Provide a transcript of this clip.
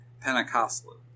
Pentecostal